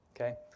okay